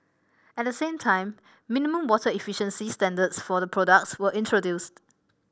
at the same time minimum water efficiency standards for the products were introduced